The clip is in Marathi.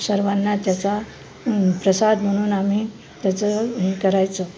सर्वांना त्याचा प्रसाद म्हणून आम्ही त्याचं हे करायचं